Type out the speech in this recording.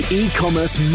eCommerce